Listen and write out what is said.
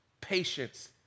patience